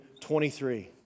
23